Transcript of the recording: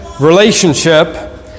relationship